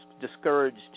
discouraged